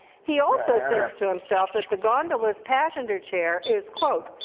he also thinks to himself that the gondola's passenger chair is quote,